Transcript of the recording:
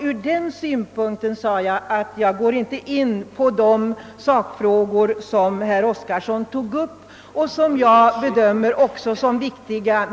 Från den utgångspunkten vill jag inte gå in på de sakfrågor som herr Oskarson tog upp och som även jag bedömer såsom viktiga.